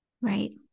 Right